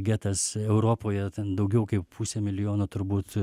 getas europoje ten daugiau kaip pusę milijono turbūt